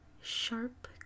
sharp